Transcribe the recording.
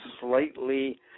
slightly